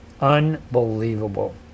Unbelievable